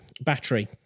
battery